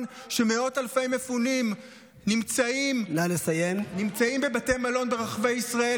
שמאות אלפי מפונים נמצאים בבתי מלון ברחבי ישראל,